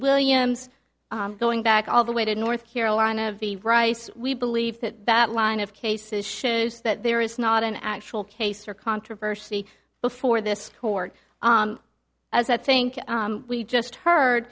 williams going back all the way to north carolina of the rice we believe that that line of cases shows that there is not an actual case or controversy before this court as i think we just heard